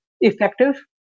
effective